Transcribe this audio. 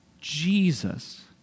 Jesus